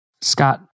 Scott